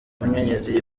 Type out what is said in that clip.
munyenyezi